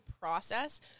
process –